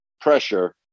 pressure